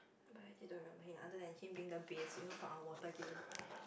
but I didn't remember him other than him being the base you know for our water game